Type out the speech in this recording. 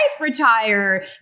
retire